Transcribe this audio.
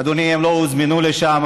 אדוני, הם לא הוזמנו לשם.